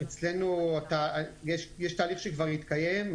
אצלנו יש תהליך שכבר התקיים,